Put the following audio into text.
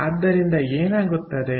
ಆದ್ದರಿಂದ ಏನಾಗುತ್ತದೆ